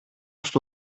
στο